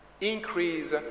increase